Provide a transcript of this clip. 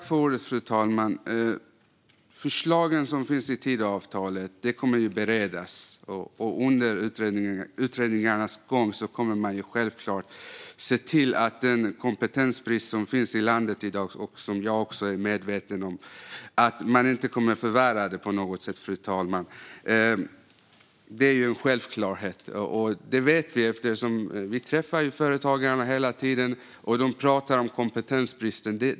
Fru talman! Förslagen i Tidöavtalet kommer att beredas, och under utredningarnas gång kommer man självklart att se till att den kompetensbrist som finns i landet i dag, som jag också är medveten om, inte på något sätt kommer att förvärras. Det är en självklarhet. Vi vet detta eftersom vi träffar företagarna hela tiden och de talar om kompetensbristen.